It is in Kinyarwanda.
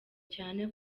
cyane